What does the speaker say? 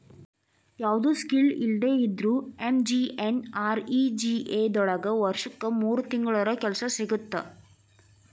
ಯಾವ್ದು ಸ್ಕಿಲ್ ಇಲ್ದೆ ಇದ್ರೂ ಎಂ.ಜಿ.ಎನ್.ಆರ್.ಇ.ಜಿ.ಎ ದೊಳಗ ವರ್ಷಕ್ ಮೂರ್ ತಿಂಗಳರ ಕೆಲ್ಸ ಸಿಗತ್ತ